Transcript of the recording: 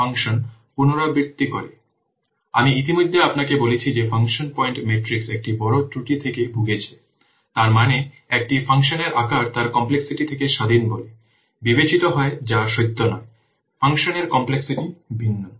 সুতরাং আমি ইতিমধ্যে আপনাকে বলেছি যে ফাংশন পয়েন্ট মেট্রিক একটি বড় ত্রুটি থেকে ভুগছে তার মানে একটি ফাংশনের আকার তার কমপ্লেক্সিটি থেকে স্বাধীন বলে বিবেচিত হয় যা সত্য নয় ফাংশনের কমপ্লেক্সিটি ভিন্ন